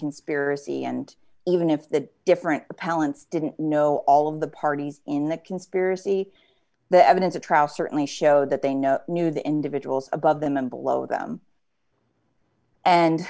conspiracy and even if the different repellents didn't know all of the parties in the conspiracy the evidence of trial certainly showed that they no knew the individuals above them and below them and